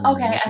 Okay